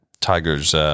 Tiger's